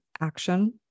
action